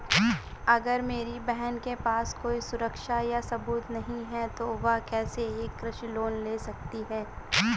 अगर मेरी बहन के पास कोई सुरक्षा या सबूत नहीं है, तो वह कैसे एक कृषि लोन ले सकती है?